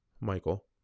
michael